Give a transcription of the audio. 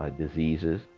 um diseases.